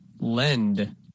Lend